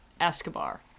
Escobar